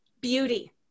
beauty